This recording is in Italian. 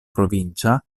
provincia